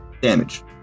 damage